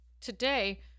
Today